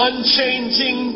Unchanging